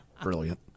Brilliant